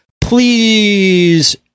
please